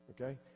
okay